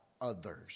others